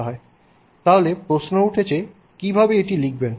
তাহলে প্রশ্ন উঠেছে কীভাবে এটি লিখবেন